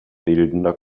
bildender